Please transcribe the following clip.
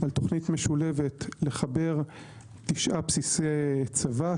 על תוכנית משולבת לחבר תשעה בסיסי צבא.